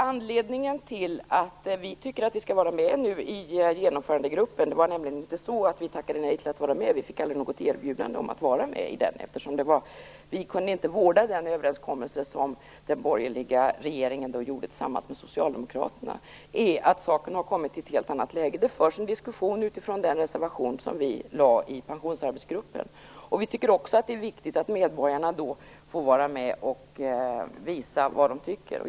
Vi tackade aldrig nej till att vara med i genomförandegruppen, vi fick aldrig något erbjudande om att vara med i den eftersom vi inte kunde vårda den överenskommelse som den borgerliga regeringen gjorde tillsammans med Socialdemokraterna. Nu har saken kommit till ett helt annat läge. Det förs en diskussion utifrån den reservation som vi lade fram i pensionsarbetsgruppen. Vi tycker att det är viktigt att medborgarna får vara med och visa vad de tycker.